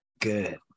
Good